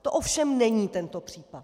To ovšem není tento případ.